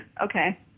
okay